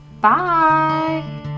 Bye